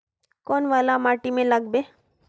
कौन वाला माटी में लागबे?